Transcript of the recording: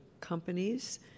companies